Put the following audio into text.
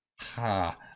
Ha